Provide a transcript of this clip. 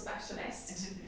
specialist